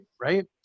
right